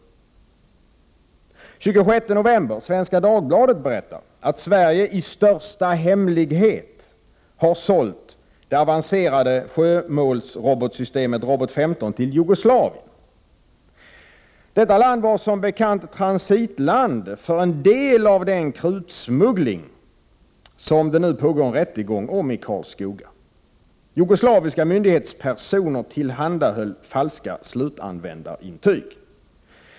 Den 26 november berättas i Svenska Dagbladet om att Sverige i största hemlighet har sålt det avancerade sjömålsrobotsystemet Robot 15 till Jugoslavien. Detta land var som bekant transitland för en del av den krutsmuggling som det nu pågår rättegång om i Karlskoga. Jugoslaviska myndighetspersoner tillhandahöll falska slutanvändarintyg.